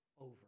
over